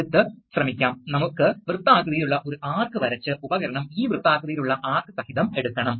exhaust ഇല്ലാത്തതിനാൽ സമ്മർദ്ദം pilot മർദ്ദം തന്നെ ആകുമായിരുന്നു